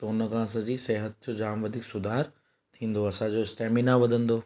त उन खां सॼी सिहत जो जाम वधीक सुधारु ईंदो आहे असांजो स्टैमिना वधंदो